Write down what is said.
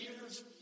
years